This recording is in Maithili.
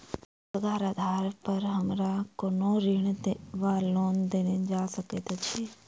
रोजगारक आधार पर हमरा कोनो ऋण वा लोन देल जा सकैत अछि?